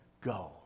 go